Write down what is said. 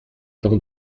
temps